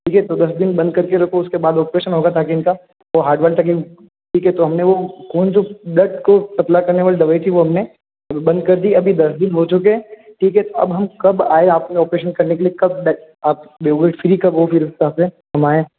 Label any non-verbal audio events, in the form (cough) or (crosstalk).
ठीक है तो दस दिन बंद करके रखो उसके बाद ऑपरेशन होगा ताकि इनका वो हार्ड (unintelligible) ठीक है तो हमने वो कौन ब्लड को पतला करने वाली दवाई थी वो हमने बंद कर दी अभी दस दिन हो चुके हैं ठीक है अब हम कब आएं आप ने ऑपरेशन करने के लिए कब (unintelligible) आप फ्री कब वो फिर वहाँ पे हम आएं